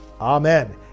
Amen